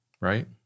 right